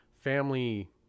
family